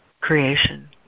creation